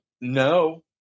no